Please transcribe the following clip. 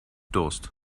durst